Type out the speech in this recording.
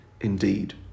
indeed